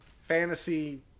fantasy